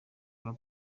rwa